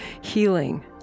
healing